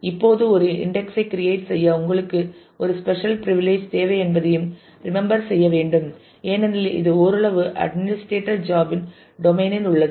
இப்போது ஒரு இன்டெக்ஸ் ஐ கிரியேட் செய்ய உங்களுக்கு ஒரு ஸ்பெஷல் பிரிவிலிஜ் தேவை என்பதையும் ரிமெம்பர் செய்ய வேண்டும் ஏனெனில் இது ஓரளவு அட்மினிஸ்ட்ரேட்டர் administrator's ஜாப் இன் டோமைன் இல் உள்ளது